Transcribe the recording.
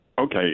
Okay